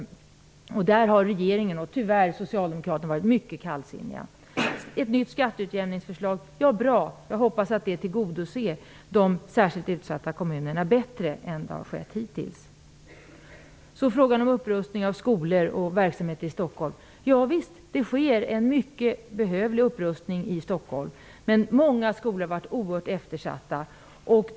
Men på den punkten har både regeringen och Socialdemokraterna varit mycket kallsinniga. Ett nytt skatteutjämningsförslag är bra. Jag hoppas att det tillgodoser de utsatta kommunernas behov bättre än hittills. När det gäller upprustning av skolor och annan verksamhet i Stockholm sker det visst en mycket behövlig upprustning i Stockholm. Men många skolor har varit oerhört eftersatta.